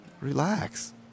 relax